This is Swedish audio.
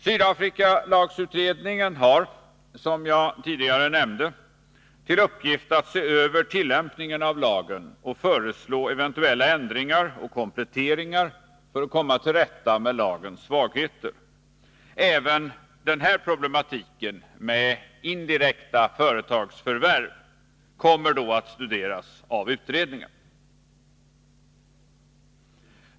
Sydafrikalagsutredningen har, som jag tidigare nämnde, till uppgift att se över tillämpningen av lagen och föreslå eventuella ändringar och kompletteringar för att komma till rätta med lagens svagheter. Även denna problematik med indirekta företagsförvärv kommer då att studeras av utredningen.